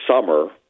summer